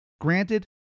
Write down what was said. Granted